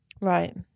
Right